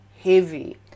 heavy